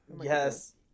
Yes